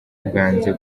bwanze